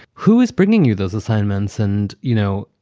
who is bringing you those assignments? and, you know,